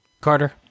Carter